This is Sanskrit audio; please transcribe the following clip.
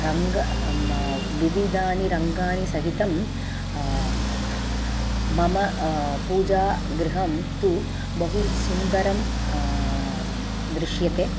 रङ्ग विविधानि रङ्गानि सहितं मम पूजागृहं तु बहु सुन्दरं दृश्यते